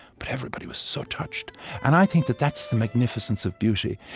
but everybody was so touched and i think that that's the magnificence of beauty,